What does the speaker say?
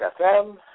FM